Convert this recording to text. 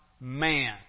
man